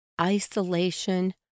isolation